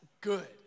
good